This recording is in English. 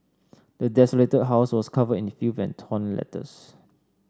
the desolated house was covered in filth and torn letters